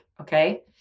okay